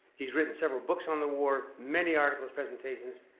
he's written several books on the war, many articles, presentations,